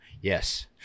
Yes